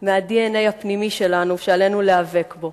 מה-DNA הפנימי שלנו, שעלינו להיאבק בו.